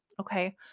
Okay